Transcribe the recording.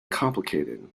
complicated